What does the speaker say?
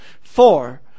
Four